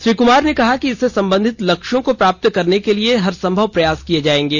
श्री कुमार ने कहा कि इससे संबंधित लक्ष्यों को प्राप्त करने के लिए हरसंभव प्रयास किये जायेंगे